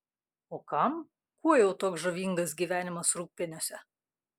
o kam kuo jau toks žavingas gyvenimas rūgpieniuose